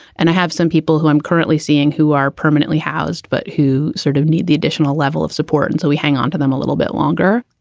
and i have some people who i'm currently seeing who are permanently housed, but who sort of need the additional level of support. and so we hang on to them a little bit longer.